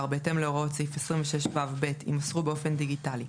בהתאם להוראות סעיף 26ו(ב) יימסרו באופן דיגיטלי.